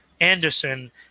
Anderson